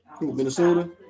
Minnesota